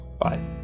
bye